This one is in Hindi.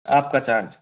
आपका चार्ज